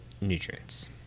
nutrients